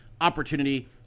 opportunity